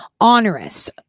onerous